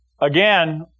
Again